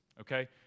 Okay